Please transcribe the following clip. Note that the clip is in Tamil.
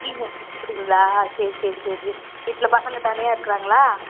அப்படிங்களா சரி சரி சரி வீட்டில் பசங்கள் தனியாக இருக்கிறாங்களா